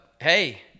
Hey